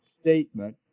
statement